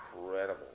incredible